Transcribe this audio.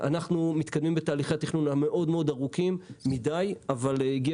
אנחנו מתקדמים בתהליכי התכנון הארוכים מידי אבל הגיע